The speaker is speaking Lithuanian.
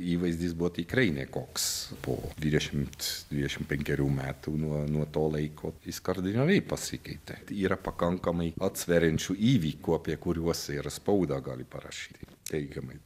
įvaizdis buvo tikrai nekoks po dvidešimt dvidešimt penkerių metų nuo to laiko jis kardinaliai pasikeitė yra pakankamai atsveriančių įvykių apie kuriuos ir spauda gali parašyti teigiamai